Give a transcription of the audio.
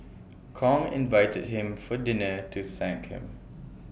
Kong invited him for dinner to thank him